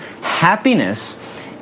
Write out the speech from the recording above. Happiness